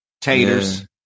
taters